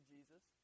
Jesus